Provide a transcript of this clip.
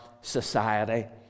society